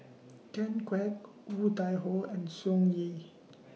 Ken Kwek Woon Tai Ho and Tsung Yeh